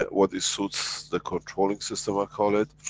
what is suits, the controlling system, i call it.